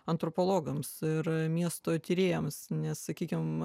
antropologams ir miesto tyrėjams nes sakykim